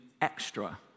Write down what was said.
extra